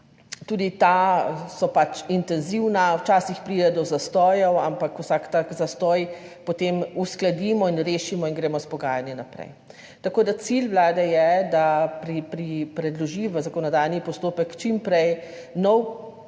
tudi ta so pač intenzivna, včasih pride do zastojev, ampak vsak tak zastoj potem uskladimo in rešimo in gremo s pogajanji naprej. Cilj vlade je, da predloži v zakonodajni postopek čim prej nov zakon,